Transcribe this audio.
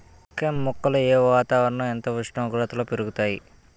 కెమ్ మొక్కలు ఏ వాతావరణం ఎంత ఉష్ణోగ్రతలో పెరుగుతాయి?